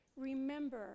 Remember